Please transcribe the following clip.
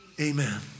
amen